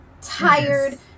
tired